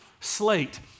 slate